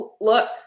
look